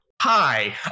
hi